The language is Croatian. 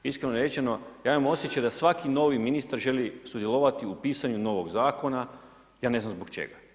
Iskreno rečeno ja imam osjećaj da svaki novi ministar želi sudjelovati u pisanju novog zakona, ja ne znam zbog čega.